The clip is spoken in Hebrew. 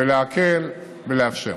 להקל ולאפשר.